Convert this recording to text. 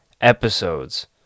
episodes